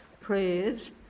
prayers